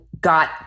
got